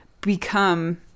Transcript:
become